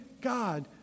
God